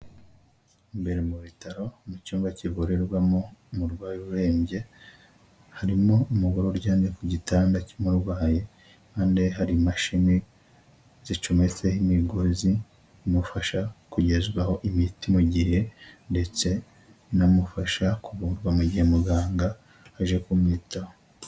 Imbere mu bitaro mu cyumba kivurirwamo umurwayi urembye harimo umugore uryamye ku gitanda cy'umurwayi, ahandi hari imashini zicometseho imigozi imufasha kugezwaho imiti mu gihe ndetse inamufasha kuvurwa mu gihe muganga aje kumwitaho.